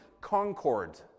concord